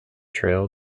trail